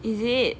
is it